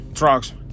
Trucks